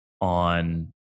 on